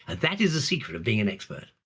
and that is the secret of being an expert.